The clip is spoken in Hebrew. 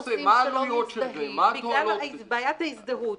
בגלל בעיית ההזדהות.